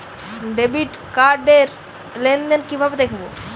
Debit card র লেনদেন কিভাবে দেখবো?